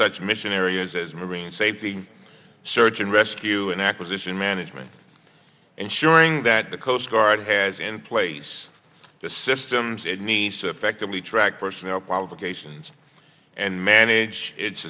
such mission areas as marine safety search and rescue and acquisition management ensuring that the coast guard has in place the systems it nice affectively track personnel qualifications and manage it